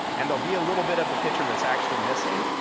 and there'll be a little bit of the picture that's actually missing,